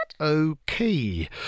Okay